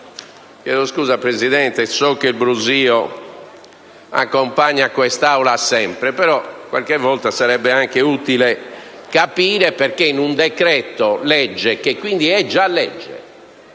Signor Presidente, il brusìo accompagna quest'Aula sempre. Qualche volta sarebbe anche utile capire perché un decreto-legge, che quindi è già legge,